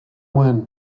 when